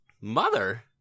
Mother